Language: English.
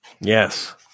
Yes